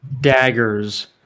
daggers